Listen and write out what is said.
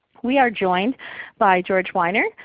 we are joined by george weiner,